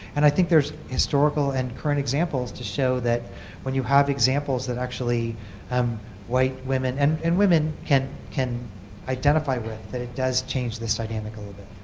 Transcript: and i think there's historical and current examples to show that when you have examples that actually um white women and and women can can identify with, that it does change the study. and amanda but